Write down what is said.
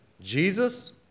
jesus